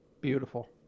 beautiful